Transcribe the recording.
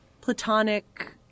platonic